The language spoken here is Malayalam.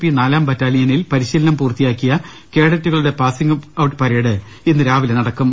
പി നാലാം ബറ്റാലിയനിൽ പരിശീലനം പൂർത്തിയാക്കിയ കേഡറ്റുകളുടെ പാസിംഗ് ഔട്ട് പരേഡ് ഇന്ന് രാവിലെ നട ക്കും